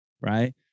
Right